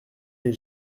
les